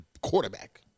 quarterback